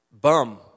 bum